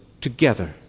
together